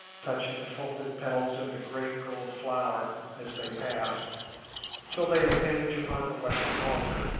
touching the folded petals of the great gold flower as they pass till they impinge upon the western altar.